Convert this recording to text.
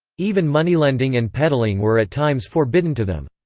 even moneylending and peddling were at times forbidden to them.